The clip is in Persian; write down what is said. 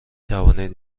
توانید